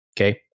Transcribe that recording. okay